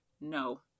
no